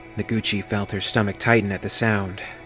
noguchi felt her stomach tighten at the sound.